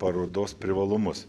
parodos privalumus